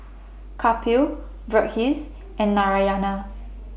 Kapil Verghese and Narayana